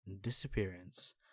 disappearance